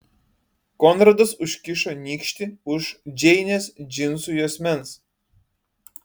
konradas užkišo nykštį už džeinės džinsų juosmens